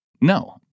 No